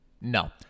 No